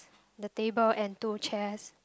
the table and two chairs